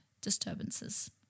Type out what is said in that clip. disturbances